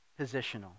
positional